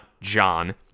John